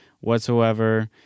whatsoever